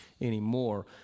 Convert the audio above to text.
anymore